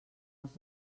als